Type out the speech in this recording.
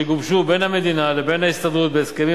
שגובשו בין המדינה לבין ההסתדרות בהסכמים